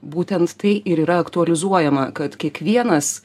būtent tai ir yra aktualizuojama kad kiekvienas